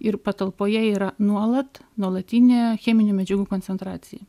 ir patalpoje yra nuolat nuolatinė cheminių medžiagų koncentracija